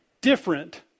different